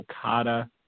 Okada